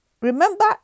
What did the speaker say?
Remember